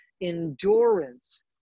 endurance